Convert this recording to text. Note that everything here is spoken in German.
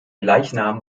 leichnam